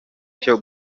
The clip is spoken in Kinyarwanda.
cyo